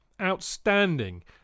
Outstanding